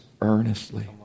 earnestly